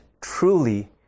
truly